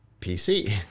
PC